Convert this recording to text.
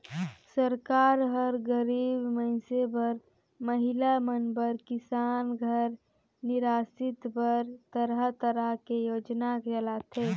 सरकार हर गरीब मइनसे बर, महिला मन बर, किसान घर निरासित बर तरह तरह के योजना चलाथे